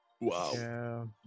Wow